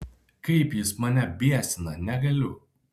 kaip jis mane biesina negaliu